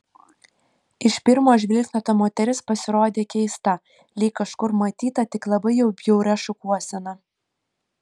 iš pirmo žvilgsnio ta moteris pasirodė keista lyg kažkur matyta tik labai jau bjauria šukuosena